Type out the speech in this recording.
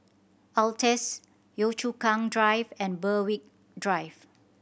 Altez Yio Chu Kang Drive and Berwick Drive